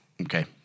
Okay